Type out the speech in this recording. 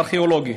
ארכיאולוגית,